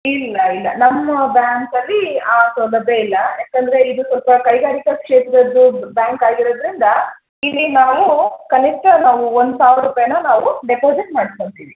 ಇಲ್ಲ ಇಲ್ಲ ನಮ್ಮ ಬ್ಯಾಂಕಲ್ಲಿ ಆ ಸೌಲಭ್ಯ ಇಲ್ಲ ಯಾಕಂದರೆ ಇದು ಸ್ವಲ್ಪ ಕೈಗಾರಿಕಾ ಕ್ಷೇತ್ರದ್ದು ಬ್ಯಾಂಕ್ ಆಗಿರೋದ್ರಿಂದ ಇಲ್ಲಿ ನಾವು ಕನಿಷ್ಠ ನಾವು ಒಂದು ಸಾವಿರ ರೂಪಾಯ್ನ ನಾವು ಡೆಪಾಸಿಟ್ ಮಾಡ್ಸ್ಕೊತಿವಿ